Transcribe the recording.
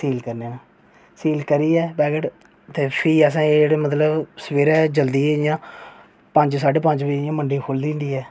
सील करने आं सील करियै पैकेट ते फ्ही असें जेह्ड़े मतलब सवेरे जल्दी इं'या पंज साढ़े पंज इं'या मंडी खु'ल्ली जंदी ऐ